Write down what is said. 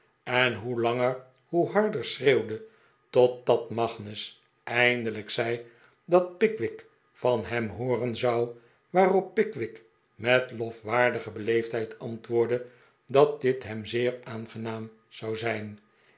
en hoe langer hoe harder schreeuwde totdat magnus eindelijk zei dat pickwick van hem hooren zou waarop pickwick met lofwaardige beleefdheid antwoordde dat dit hem zeer aangenaam zou zijn